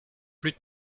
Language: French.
plus